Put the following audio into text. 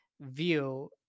view